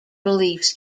beliefs